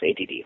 ADD